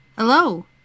Hello